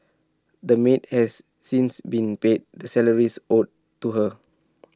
the maid has since been paid the salaries owed to her